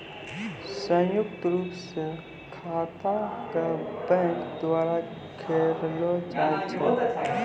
संयुक्त रूप स खाता क बैंक द्वारा खोललो जाय छै